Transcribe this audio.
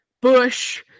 Bush